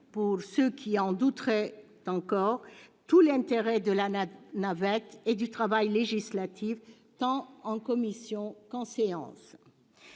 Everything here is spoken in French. pour ceux qui en douteraient encore, tout l'intérêt de la navette et du travail législatif, tant en commission qu'en séance